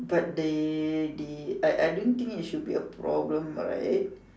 but they the I I don't think it should be a problem right